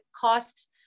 cost